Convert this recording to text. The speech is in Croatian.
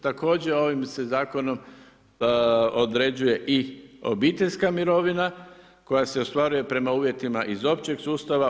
Također, ovim se Zakonom određuje i obiteljska mirovina koja se ostvaruje prema uvjetima iz općeg sustava.